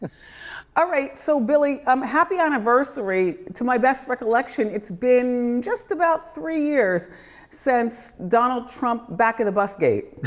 ah right, so billy, um happy anniversary. to my best recollection, it's been just about three years since donald trump back-of-the-bus-gate.